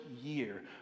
year